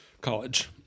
college